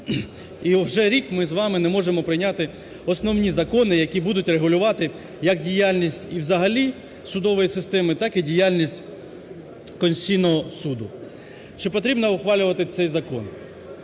І вже рік ми з вами не можемо прийняти основні закони, які будуть регулювати як діяльність і, взагалі, судової системи, так і діяльність Конституційного Суду. Чи потрібно ухвалювати цей закон?